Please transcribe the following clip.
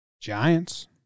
Giants